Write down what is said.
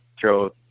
throw